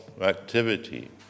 activity